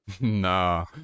Nah